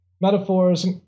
metaphors